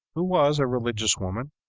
who was a religious woman,